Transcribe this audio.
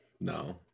no